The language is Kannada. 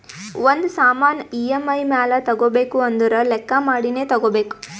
ಒಂದ್ ಸಾಮಾನ್ ಇ.ಎಮ್.ಐ ಮ್ಯಾಲ ತಗೋಬೇಕು ಅಂದುರ್ ಲೆಕ್ಕಾ ಮಾಡಿನೇ ತಗೋಬೇಕು